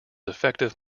effective